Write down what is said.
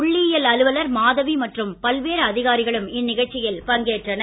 புள்ளியியல் அலுவலர் மாதவி மற்றும் பல்வேறு அதிகாரிகளும் இந்நிகழ்ச்சியில் பங்கேற்றனர்